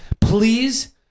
please